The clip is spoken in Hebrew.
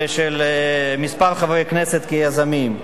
ושל כמה חברי כנסת כיזמים.